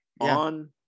on